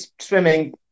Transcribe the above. swimming